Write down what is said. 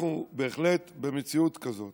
אנחנו בהחלט במציאות כזאת.